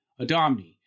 Adomni